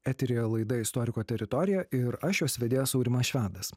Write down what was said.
eteryje laidą istoriko teritorija ir aš jos vedėjas aurimas švedas